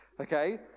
okay